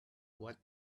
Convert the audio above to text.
what